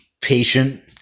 patient